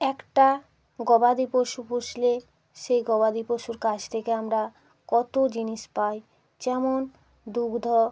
একটা গবাদি পশু পুষলে সেই গবাদি পশুর কাছ থেকে আমরা কত জিনিস পাই যেমন দুগ্ধ